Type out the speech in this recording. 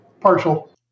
partial